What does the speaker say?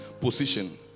position